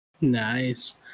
Nice